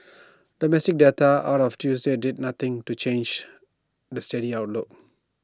domestic data out of Tuesday did nothing to change the steady outlook